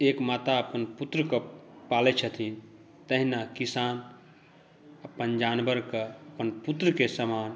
एक माता अपन पुत्रकऽ पालय छथिन तहिना किसान अपन जानवरकऽ अपन पुत्रकें समान